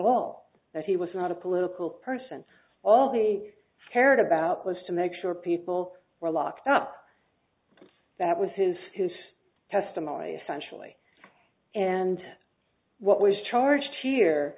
that he was not a political person all they cared about was to make sure people were locked up that was his whose testimony functionally and what was charged here